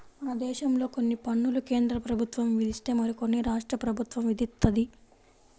మనదేశంలో కొన్ని పన్నులు కేంద్రప్రభుత్వం విధిస్తే మరికొన్ని రాష్ట్ర ప్రభుత్వం విధిత్తది